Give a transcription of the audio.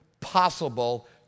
possible